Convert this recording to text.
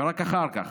ורק אחר כך,